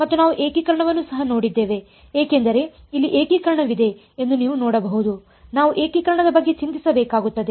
ಮತ್ತು ನಾವು ಏಕೀಕರಣವನ್ನು ಸಹ ನೋಡಿದ್ದೇವೆ ಏಕೆಂದರೆ ಇಲ್ಲಿ ಏಕೀಕರಣವಿದೆ ಎಂದು ನೀವು ನೋಡಬಹುದು ನಾವು ಏಕೀಕರಣದ ಬಗ್ಗೆ ಚಿಂತಿಸಬೇಕಾಗುತ್ತದೆ